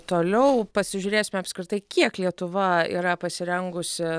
toliau pasižiūrėsime apskritai kiek lietuva yra pasirengusi